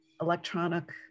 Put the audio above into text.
electronic